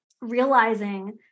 realizing